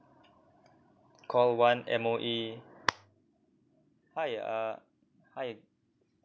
call one M_O_E hi uh hi